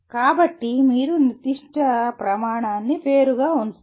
కాబట్టి మీరు నిర్దిష్ట ప్రమాణాన్ని వేరుగా ఉంచుతారు